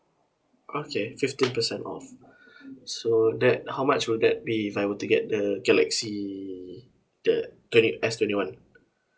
okay fifteen percent off so that how much would that be if I were to get the galaxy the twenty S twenty one